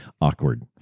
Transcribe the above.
awkward